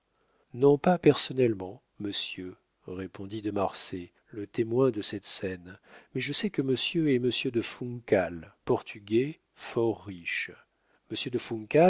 non pas personnellement monsieur répondit de marsay le témoin de cette scène mais je sais que monsieur est monsieur de funcal portugais fort riche